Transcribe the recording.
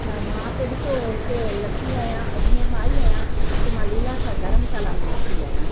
अच्छा मां त ॾिसो हिते लथी आयां अजमेर मां आई आहियां हिते मां लीलाशाह धर्मशाला में लथी आहियां